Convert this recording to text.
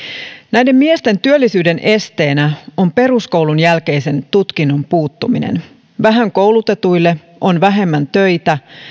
näiden miesten työllisyyden esteenä on peruskoulun jälkeisen tutkinnon puuttuminen vähän koulutetuille on vähemmän töitä